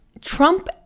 Trump